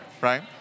right